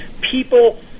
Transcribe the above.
People